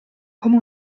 come